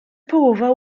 połowa